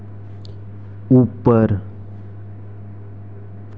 उप्पर